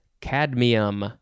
cadmium